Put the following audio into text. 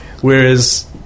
Whereas